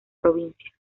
provincia